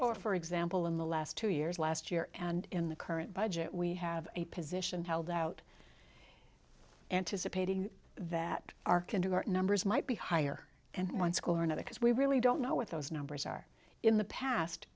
or for example in the last two years last year and in the current budget we have a position held out anticipating that our kindergarten numbers might be higher and one school or another because we really don't know what those numbers are in the past